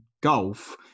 golf